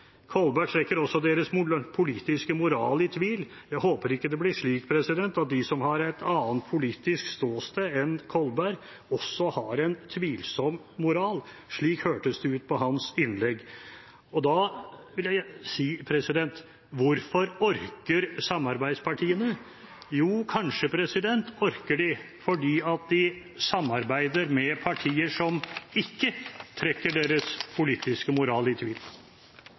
Kolberg trekker også deres politiske moral i tvil. Jeg håper ikke det blir slik at de som har et annet politisk ståsted enn Kolberg, også har en tvilsom moral. Slik hørtes det ut på hans innlegg. Og da vil jeg si: Hvorfor orker samarbeidspartiene? Jo, kanskje orker de fordi de samarbeider med partier som ikke trekker deres politiske moral i tvil.